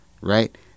Right